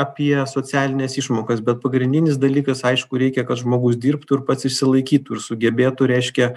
apie socialines išmokas bet pagrindinis dalykas aišku reikia kad žmogus dirbtų ir pats išsilaikytų ir sugebėtų reiškia